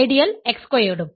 ideal x സ്ക്വയർഡും